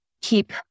keep